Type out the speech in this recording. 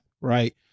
right